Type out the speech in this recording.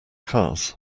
cars